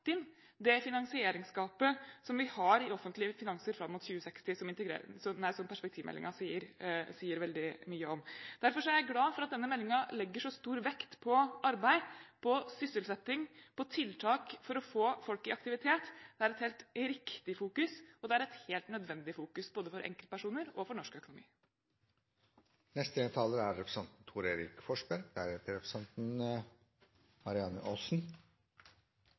det finansieringsgapet som vi har i offentlige finanser fram mot 2060, som perspektivmeldingen sier veldig mye om. Derfor er jeg glad for at denne meldingen legger så stor vekt på arbeid, på sysselsetting og på tiltak for å få folk i aktivitet. Det er et helt riktig fokus og et helt nødvendig fokus både for enkeltpersoner og for norsk økonomi. Norge trenger arbeidskraft. Derfor er